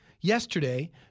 yesterday